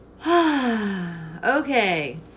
Okay